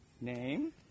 name